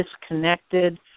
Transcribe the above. disconnected